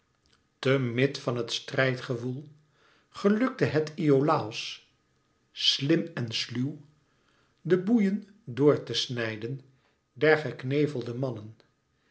te mid van het strijdgewoel gelukte het iolàos slim en sluw de boeien door te snijden der geknevelde mannen